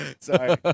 Sorry